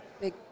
Big